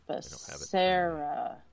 Sarah